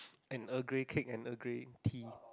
and Earl Grey cake and Earl Grey tea